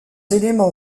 éléments